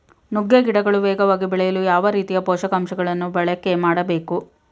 ನುಗ್ಗೆ ಗಿಡಗಳು ವೇಗವಾಗಿ ಬೆಳೆಯಲು ಯಾವ ರೀತಿಯ ಪೋಷಕಾಂಶಗಳನ್ನು ಬಳಕೆ ಮಾಡಬೇಕು?